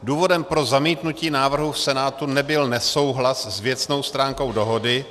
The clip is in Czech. Důvodem pro zamítnutí návrhu v Senátu nebyl nesouhlas s věcnou stránku dohody.